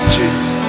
Jesus